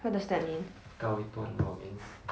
what does that mean